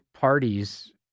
parties